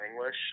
English